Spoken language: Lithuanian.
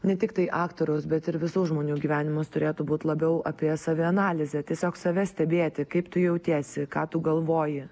ne tiktai aktoriaus bet ir visų žmonių gyvenimas turėtų būt labiau apie savianalizę tiesiog save stebėti kaip tu jautiesi ką tu galvoji